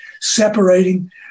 separating